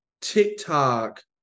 TikTok